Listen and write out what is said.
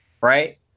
right